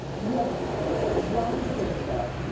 you have two grown kids though.